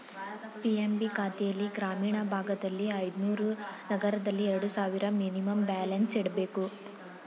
PMB ಖಾತೆಲ್ಲಿ ಗ್ರಾಮೀಣ ಭಾಗದಲ್ಲಿ ಐದುನೂರು, ನಗರದಲ್ಲಿ ಎರಡು ಸಾವಿರ ಮಿನಿಮಮ್ ಬ್ಯಾಲೆನ್ಸ್ ಇಡಬೇಕು